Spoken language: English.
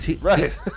Right